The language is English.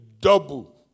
double